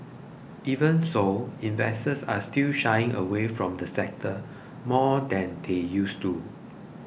even so investors are still shying away from the sector more than they used to